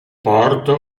porto